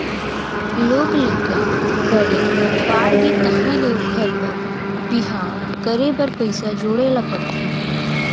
लोग लइका बड़े बाड़गे तहाँ ले ओखर बर बिहाव करे बर पइसा जोड़े ल परथे